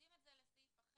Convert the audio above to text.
מפרידים את זה לסעיף אחר,